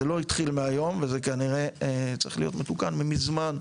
זה לא התחיל מהיום וזה כנראה צריך להיות מתוקן ממזמן,